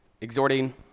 Exhorting